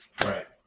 Right